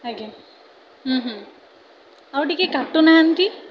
ଆଜ୍ଞା ହୁଁ ହୁଁ ଆଉ ଟିକିଏ କାଟୁନାହାଁନ୍ତି